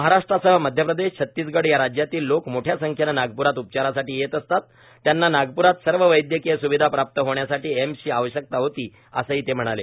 महाराष्ट्रासह मध्यप्रदेश छतीसगड या राज्यातील लोक मोठया संख्येनं नागप्रात उपचारासाठी येत असतात त्यांना नागप्रात सर्व वैद्यकीय स्विधा प्राप्त होण्यासाठी एम्सची आवश्यकता होती असेही ते म्हणाले